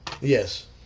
Yes